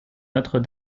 notre